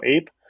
ape